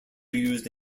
used